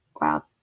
Wow